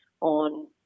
on